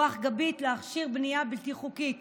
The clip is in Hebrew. רוח גבית להכשיר בנייה בלתי חוקית